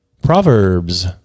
Proverbs